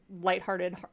lighthearted